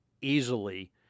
easily